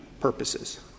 purposes